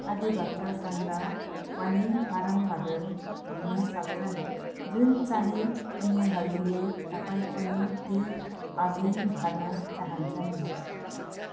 अधिवक्तासँग पनि फारमहरू हुन सक्छन् जुनचाहिँ उनीहरूले तपाइँको नियुक्तिअघि भर्न चाहन्छन्